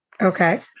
Okay